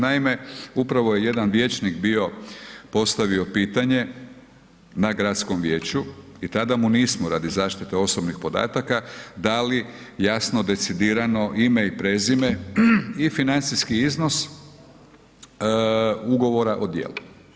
Naime, upravo je jedan vijećnik bio postavio pitanje na gradskom vijeću i tada mu nismo radi zaštite osobnih podataka dali jasno decidirano ime i prezime i financijski iznos ugovora o djelu.